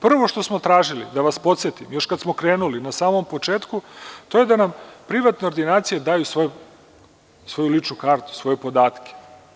Prvo što smo tražili, da vas podsetim, još kad smo krenuli na samom početku, to je da nam privatne ordinacije daju svoju ličnu kartu, svoje podatke.